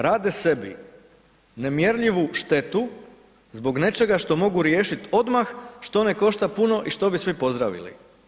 Rade sebi nemjerljivu štetu zbog nečega što mogu riješit odmah što ne košta puno i što bi svi pozdravili.